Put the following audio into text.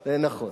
זה נכון.